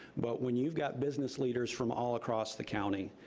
but when you've got business leaders from all across the county,